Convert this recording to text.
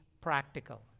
practical